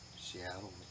Seattle